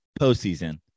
postseason